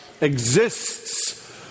exists